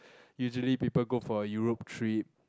usually people go for a Europe trip